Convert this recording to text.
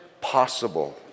possible